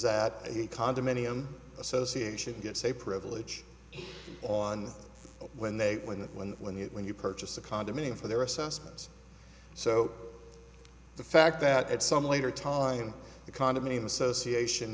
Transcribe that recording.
that a condominium association gets a privilege on when they when the when when you when you purchase a condominium for their assessments so the fact that at some later time the condominium association